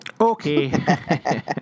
Okay